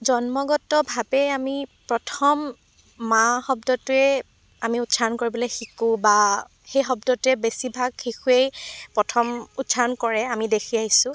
জন্মগতভাৱে আমি প্ৰথম মা শব্দটোৱে আমি উচ্চাৰণ কৰিবলৈ শিকোঁ বা সেই শব্দটোৱেই বেছিভাগ শিশুৱেই প্ৰথম উচ্চাৰণ কৰে আমি দেখি আহিছোঁ